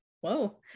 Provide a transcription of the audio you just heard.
whoa